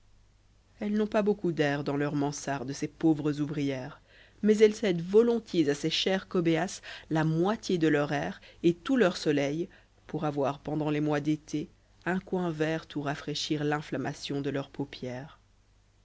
elles n'ont pas beaucoup d'air dans leurs mansardes ces pauvres ouvrières mais elles cèdent volontiers à ces chers cobæas la moitié de leur air et tout leur soleil pour avoir pendant les mois d'été un coin vert où rafraîchir l'inflammation de leurs paupières